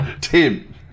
Tim